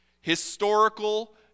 historical